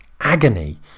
agony